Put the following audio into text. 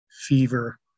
fever